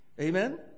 Amen